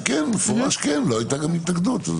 במפורש כן, גם לא הייתה התנגדות.